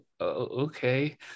okay